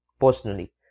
Personally